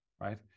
right